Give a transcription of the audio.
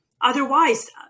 Otherwise